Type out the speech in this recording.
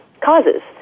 causes